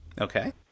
Okay